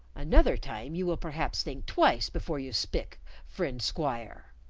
another time you will perhaps think twice before you spik, friend squire.